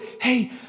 Hey